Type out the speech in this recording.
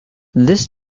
this